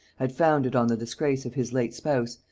had founded on the disgrace of his late spouse,